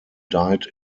died